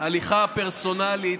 להליכה הפרסונלית,